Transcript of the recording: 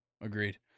agreed